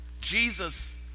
Jesus